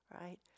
Right